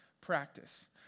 practice